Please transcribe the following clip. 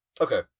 Okay